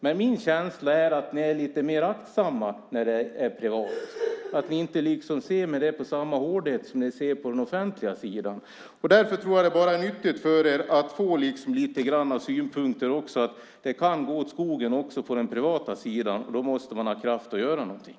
Men min känsla är att ni är lite mer aktsamma när det gäller privat och att ni liksom inte ser på det med samma hårdhet som ni ser på den offentliga sidan. Därför tror jag att det bara är nyttigt för er att också få lite synpunkter om att det kan gå åt skogen också på den privata sidan, och då måste man ha kraft att göra någonting.